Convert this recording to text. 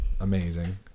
amazing